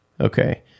Okay